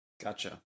Gotcha